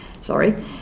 sorry